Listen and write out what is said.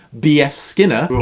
b. f. skinner.